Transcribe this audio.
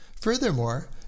Furthermore